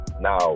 now